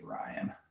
Ryan